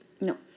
No